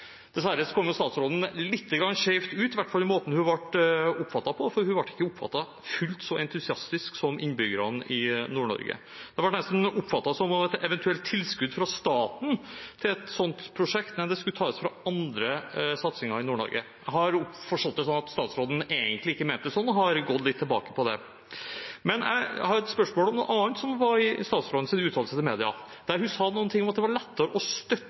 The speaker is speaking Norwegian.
Dessverre kom statsråden lite grann skeivt ut, i hvert fall i måten hun ble oppfattet på, for hun ble ikke oppfattet som fullt så entusiastisk som innbyggerne i Nord-Norge. Det ble nesten oppfattet som om et eventuelt tilskudd fra staten til et sånt prosjekt skulle tas fra andre satsinger i Nord-Norge. Jeg har forstått at statsråden egentlig ikke mente det sånn og har gått litt tilbake på det, men jeg har et spørsmål om noe annet fra statsrådens uttalelser til mediene. Der sa hun noe om at det var lettere å støtte